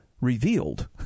revealed